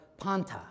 panta